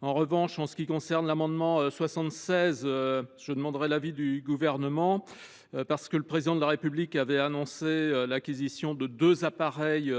En revanche, sur l’amendement n° II 76, la commission demande l’avis du Gouvernement. Le Président de la République avait annoncé l’acquisition de deux appareils